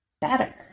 better